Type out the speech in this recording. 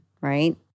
right